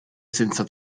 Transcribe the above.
senza